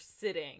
sitting